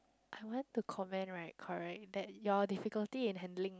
I want to comment right correct that your difficulty in handling